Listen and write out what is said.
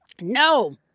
no